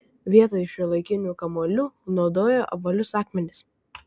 vietoj šiuolaikinių kamuolių naudojo apvalius akmenis